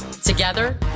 Together